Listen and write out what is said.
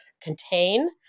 contain